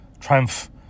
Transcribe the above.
triumph